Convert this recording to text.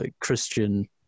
Christian